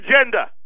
agenda